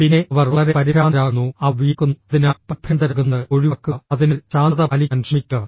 പിന്നെ അവർ വളരെ പരിഭ്രാന്തരാകുന്നു അവർ വിയർക്കുന്നു അതിനാൽ പരിഭ്രാന്തരാകുന്നത് ഒഴിവാക്കുക അതിനാൽ ശാന്തത പാലിക്കാൻ ശ്രമിക്കുക